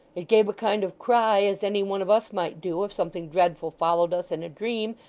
it gave a kind of cry, as any one of us might do, if something dreadful followed us in a dream,